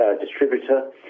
distributor